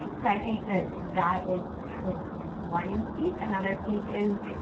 so i think that, that is one piece. another piece is,